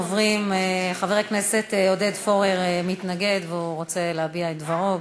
חבר הכנסת עודד פורר מתנגד, ורוצה להביע את דברו.